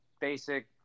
basic